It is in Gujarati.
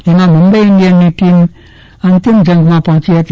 જેમાં મુંબઈ ઈન્ડિયન્સની ટીમ અંતિમ જંગમાં પહોંચી હતી